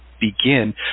begin